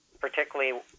particularly